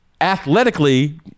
Athletically